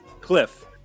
Cliff